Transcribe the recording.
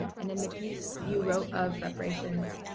and in the piece, you wrote of reparations,